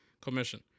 commission